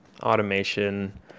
automation